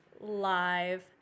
live